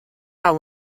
how